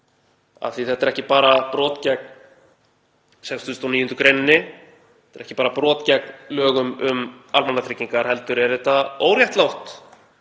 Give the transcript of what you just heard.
af því að þetta er ekki bara brot gegn 69. gr., þetta er ekki bara brot gegn lögum um almannatryggingar heldur er þetta óréttlátt